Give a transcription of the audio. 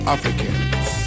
Africans